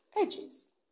edges